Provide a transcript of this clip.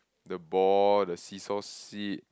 the ball the seesaw seat